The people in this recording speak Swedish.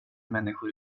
människor